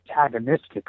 antagonistic